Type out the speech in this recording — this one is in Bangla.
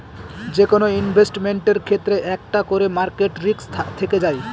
যেকোনো ইনভেস্টমেন্টের ক্ষেত্রে একটা করে মার্কেট রিস্ক থেকে যায়